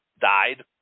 died